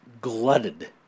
glutted